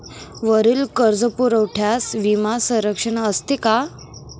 वरील कर्जपुरवठ्यास विमा संरक्षण असते का?